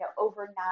overnight